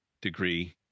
degree